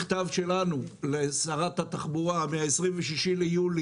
מכתב שלנו לשרת התחבורה מה-26 ביולי,